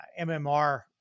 MMR